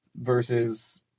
versus